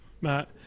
Matt